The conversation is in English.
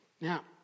Now